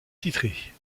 titrés